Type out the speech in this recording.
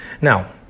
Now